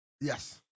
Yes